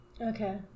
Okay